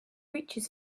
reaches